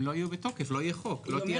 הם לא יהיו בתוקף, לא יהיה חוק, לא תהיה הסדרה.